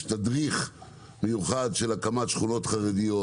יש תדריך מיוחד של הקמת שכונות חרדיות,